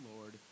lord